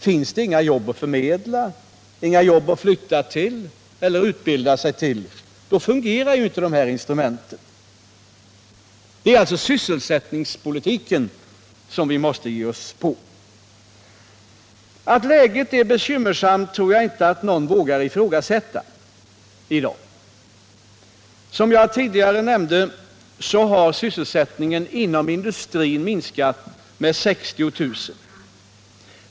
Finns det inga jobb att förmedla, att flytta till eller utbilda sig till — då fungerar inte dessa instrument. Att läget är bekymmersamt tror jag inte att någon vågar ifrågasätta i dag. Som jag tidigare nämnde har sysselsättningen inom industrin minskat med 60 000 sedan förra året.